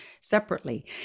separately